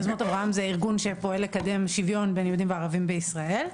יוזמות אברהם זה ארגון שפועל לקדם שוויון בין יהודים וערבים בישראל,